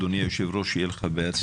אדוני היושב-ראש, שיהיה לך בהצלחה.